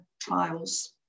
trials